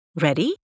Ready